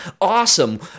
Awesome